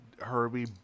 Herbie